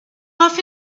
off